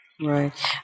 Right